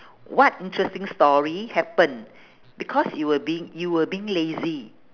what interesting story happen because you were being you were being lazy